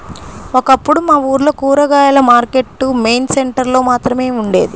ఒకప్పుడు మా ఊర్లో కూరగాయల మార్కెట్టు మెయిన్ సెంటర్ లో మాత్రమే ఉండేది